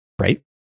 right